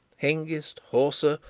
hengist, horsa,